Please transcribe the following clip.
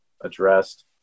addressed